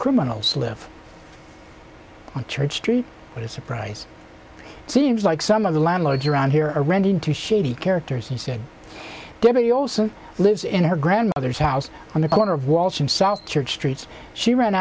criminals live on church street with a surprise it seems like some of the landlords around here are renting to shady characters and saying give me also lives in her grandmother's house on the corner of walls himself church streets she ran